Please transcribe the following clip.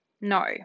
No